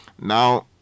Now